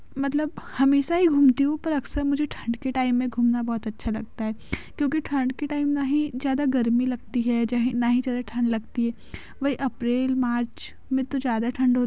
मतलब हमेशा ही घूमती हूँ पर अक्सर मुझे ठण्ड के टाइम में घूमना बहुत अच्छा लगता है क्योंकि ठण्ड के टाइम ना ही ज़्यादा गर्मी लगती है चाहे ना ही ज़्यादा ठण्ड लगती है वही अप्रैल मार्च में ज़्यादा ठण्ड होत